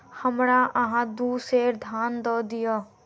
हमरा अहाँ दू सेर धान दअ दिअ